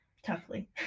Toughly